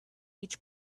each